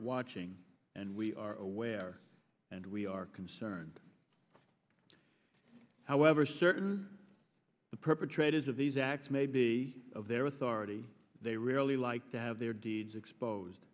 watching and we are aware and we are concerned however certain the perpetrators of these acts may be of their authority they rarely like to have their deeds exposed